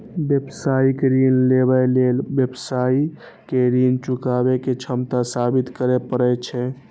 व्यावसायिक ऋण लेबय लेल व्यवसायी कें ऋण चुकाबै के क्षमता साबित करय पड़ै छै